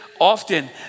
often